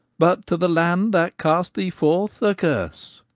but to the land that cast thee forth, a curse.